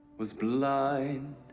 was blind